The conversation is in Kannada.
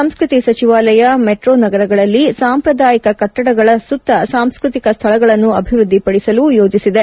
ಸಂಸ್ಕತಿ ಸಚಿವಾಲಯ ಮೆಟ್ರೊ ನಗರಗಳಲ್ಲಿ ಸಾಂಪ್ರದಾಯಿಕ ಕಟ್ಷಡಗಳ ಸುತ್ತ ಸಾಂಸ್ಕತಿಕ ಸ್ಥಳಗಳನ್ನು ಅಭಿವೃದ್ದಿಪಡಿಸಲು ಯೋಚಿಸಿದೆ